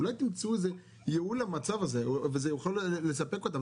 אולי תמצאו איזה ייעול למצב הזה וזה יכול לספק אותם?